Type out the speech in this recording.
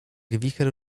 wicher